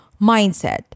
mindset